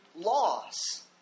loss